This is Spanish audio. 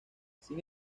sin